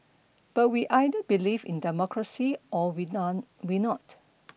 but we either believe in democracy or we none we not